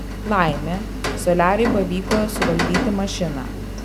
laimė soliariui pavyko suvaldyti mašiną